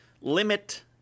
limit